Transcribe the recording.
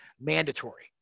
mandatory